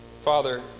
Father